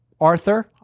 Arthur